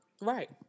right